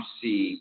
see